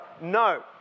No